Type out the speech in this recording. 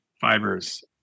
fibers